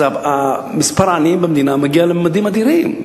אז מספר העניים במדינה מגיע לממדים אדירים,